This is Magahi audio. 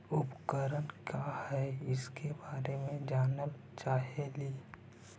उपकरण क्या है इसके बारे मे जानल चाहेली?